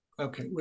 Okay